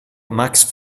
max